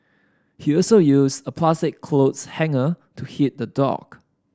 he also used a plastic clothes hanger to hit the dog